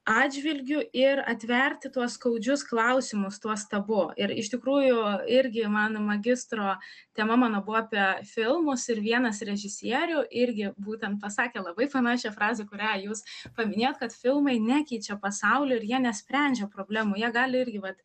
atžvilgiu ir atverti tuos skaudžius klausimus tuos tabu ir iš tikrųjų irgi mano magistro tema mano buvo apie filmus ir vienas režisierių irgi būtent pasakė labai panašią frazę kurią jūs paminėjot kad filmai nekeičia pasaulio ir jie nesprendžia problemų jie gali irgi vat